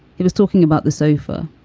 he was talking about the sofa.